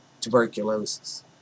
tuberculosis